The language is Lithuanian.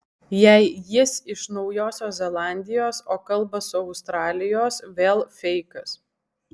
jei jis iš naujosios zelandijos o kalba su australijos vėl feikas